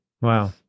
Wow